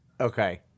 Okay